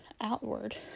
outward